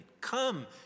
Come